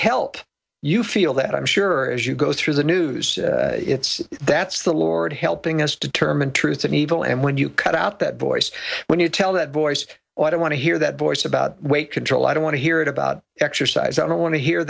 help you feel that i'm sure as you go through the news it's that's the lord helping us determine truth and evil and when you cut out that voice when you tell that voice what i want to hear that voice about weight control i don't want to hear it about exercise i don't want to hear